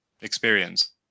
experience